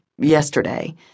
Yesterday